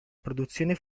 produzione